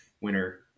winner